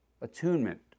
Attunement